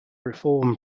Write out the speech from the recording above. reform